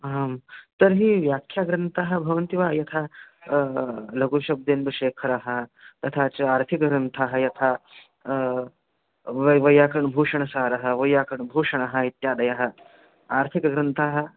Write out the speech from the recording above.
आं तर्हि व्याख्याग्रन्थः भवन्ति वा यथा लघुशब्देन्दुशेखरः तथा च आर्थिकग्रन्थाः यथा वै वैयाकरणभूषणसारः वैयाकरणभूषणः इत्यादयः आर्थिकग्रन्थाः